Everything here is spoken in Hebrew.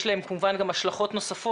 יש להן כמובן גם השלכות נוספות,